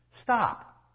stop